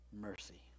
mercy